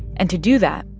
and to do that,